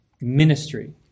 ministry